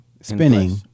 spinning